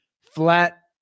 flat